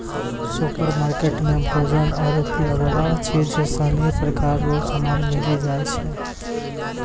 supermarket मे भोजन आरु पीयवला चीज सनी प्रकार रो समान मिली जाय छै